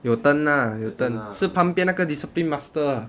有灯 lah 有灯是旁边那个 discipline master ah